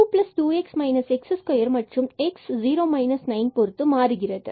இங்கு22x x2 and x 0 9 பொறுத்து மாறுகிறது